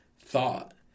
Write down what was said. thought